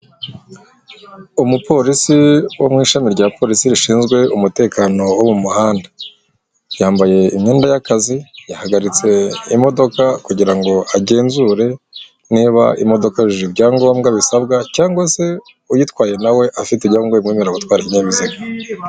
Umupolisi wo mu ishami rya polisi rishinzwe umutekano wo mu muhanda yambaye imyenda y'akazi yahagaritse imodoka kugira ngo agenzure niba imodoka yujuje ibyangombwa bisabwa cyangwa se uyitwaye nawe afite ibyangombwa bimwemerera gutwara ibinyabiziga.